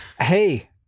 Hey